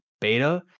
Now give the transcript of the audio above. beta